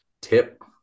tip